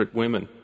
women